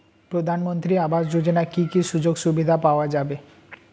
প্রধানমন্ত্রী আবাস যোজনা কি কি সুযোগ সুবিধা পাওয়া যাবে?